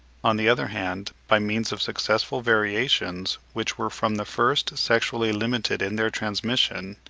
on the other hand, by means of successive variations, which were from the first sexually limited in their transmission,